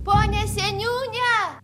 pone seniūne